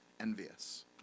envious